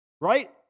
right